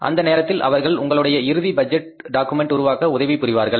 அந்த நேரத்தில் அவர்கள் உங்களுக்கு இறுதி பட்ஜெட் டாக்குமெண்ட் உருவாக்க உதவி புரிவார்கள்